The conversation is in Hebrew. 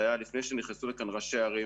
זה היה לפני שנכנסו ראשי הערים.